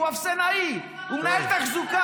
הוא אפסנאי, הוא מנהל תחזוקה.